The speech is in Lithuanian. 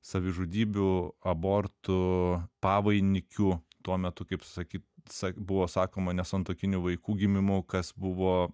savižudybių abortų pavainikių tuo metu kaip sakyt sak buvo sakoma nesantuokinių vaikų gimimų kas buvo